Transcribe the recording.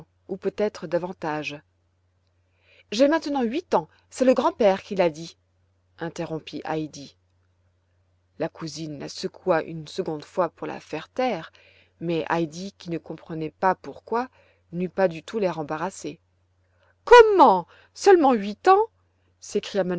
ou peut-être davantage j'ai maintenant huit ans c'est le grand-père oui l'a dit interrompit heidi la cousine la secoua une seconde fois pour la faire taire mais heidi qui ne comprenait pas pourquoi n'eut pas du tout l'air embarrassé comment seulement huit ans